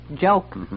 joke